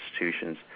institutions